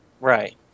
Right